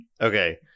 Okay